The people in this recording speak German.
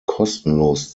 kostenlos